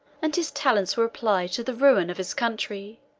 and his talents were applied to the ruin of his country.